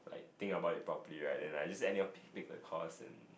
like think about it properly right then I just anyhow pick pick the course and